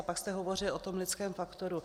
pak jste hovořil o tom lidském faktoru.